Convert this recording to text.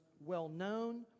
well-known